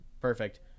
perfect